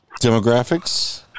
Demographics